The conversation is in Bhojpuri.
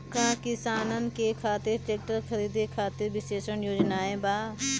का किसानन के खातिर ट्रैक्टर खरीदे खातिर विशेष योजनाएं बा?